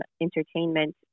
entertainment